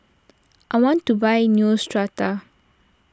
I want to buy Neostrata